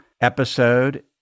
episode